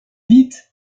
vite